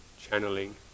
channeling